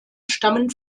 stammen